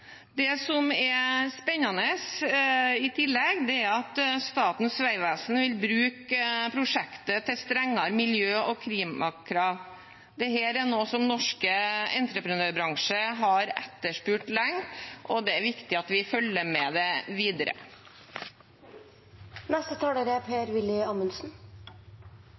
Det som er spennende i tillegg, er at Statens vegvesen vil bruke prosjektet til strengere miljø- og klimakrav. Dette er noe som norsk entreprenørbransje har etterspurt lenge, og det er viktig at vi følger med det videre. Jeg lyttet med undring på forrige innlegg, for det er